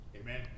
Amen